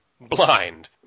Blind